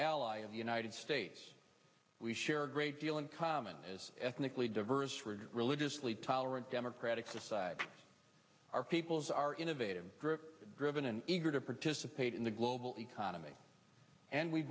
ally of the united states we share a great deal in common as ethnically diverse for a religiously tolerant democratic society our peoples are innovative group driven and eager to participate in the global economy and we